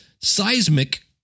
Seismic